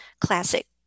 classic